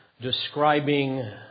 describing